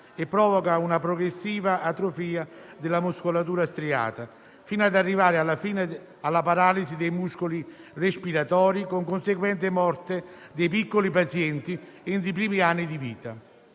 e provoca una progressiva atrofia della muscolatura striata, fino ad arrivare alla fine alla paralisi dei muscoli respiratori, con conseguente morte dei piccoli pazienti entro i primi anni di vita.